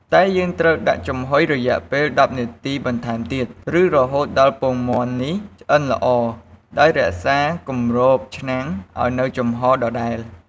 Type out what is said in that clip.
តែយើងត្រូវដាក់ចំហុយរយៈពេល១០នាទីបន្ថែមទៀត ឬរហូតដល់ពងមាន់នេះឆ្អិនល្អដោយរក្សាគម្របឆ្នាំងឲ្យនូវចំហរដដែល។